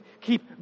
Keep